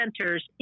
centers